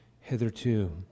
hitherto